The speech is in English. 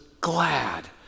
glad